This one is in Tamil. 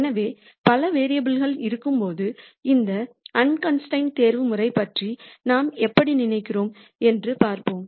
எனவே பல வேரியபுல்கள் இருக்கும்போது இந்த அண்கன்ஸ்டிரெயின்டு தேர்வுமுறை பற்றி நாம் எப்படி நினைக்கிறோம் என்று பார்ப்போம்